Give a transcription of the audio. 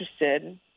interested